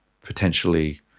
potentially